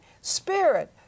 spirit